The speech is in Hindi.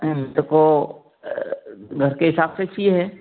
तो वो घर के हिसाब से चाहिए है